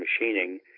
machining